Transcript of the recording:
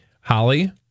Holly